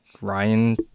Ryan